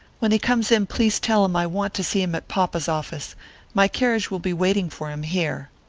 when he comes in please tell him i want to see him at papa's office my carriage will be waiting for him here.